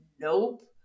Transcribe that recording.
nope